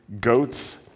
goat's